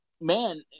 Man